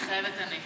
מתחייבת אני